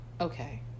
Okay